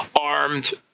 armed